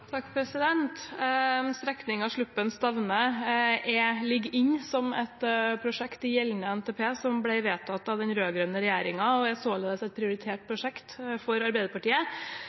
ligger inne som et prosjekt i gjeldende NTP, som ble vedtatt under den rød-grønne regjeringen, og er således et prioritert prosjekt for Arbeiderpartiet.